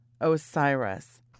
Osiris